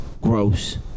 gross